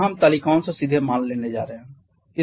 यहाँ हम तालिकाओं से सीधे मान लेने जा रहे हैं